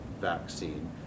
vaccine